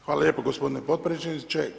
Hvala lijepo gospodine podpredsjedniče.